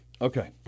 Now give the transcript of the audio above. Okay